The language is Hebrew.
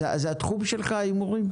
זה התחום שלך, הימורים?